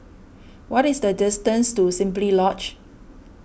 what is the distance to Simply Lodge